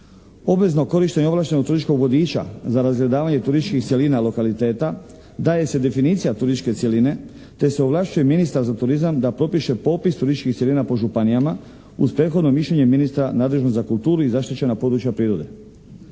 obvezno korištenje ovlaštenog turističkog vodiča za razgledavanje turističkih cjelina lokaliteta. Daje se definicija turističke cjeline, te se ovlašćuje ministar za turizam da propiše popis turističkih cjelina po županijama uz prethodno mišljenje ministra nadležnog za kulturu i zaštićena područja prirode.